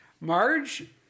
Marge